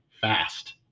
fast